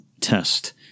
test